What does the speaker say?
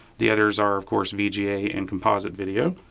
the others are of course, vga, and composite video.